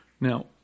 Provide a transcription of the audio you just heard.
Now